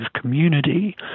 community